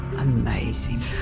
Amazing